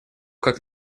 как